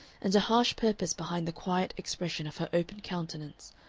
and a harsh purpose behind the quiet expression of her open countenance,